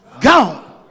gone